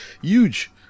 Huge